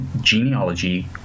genealogy